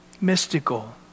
Mystical